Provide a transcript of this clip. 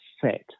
set